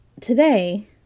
today